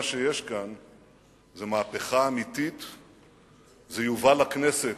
אז למה לא, את איכות הסביבה.